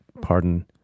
pardon